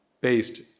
based